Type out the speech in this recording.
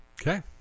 Okay